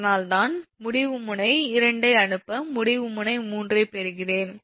அதனால்தான் நான் முடிவு முனை 2 ஐ அனுப்ப முடிவு முனை 3 ஐப் பெறுகிறேன்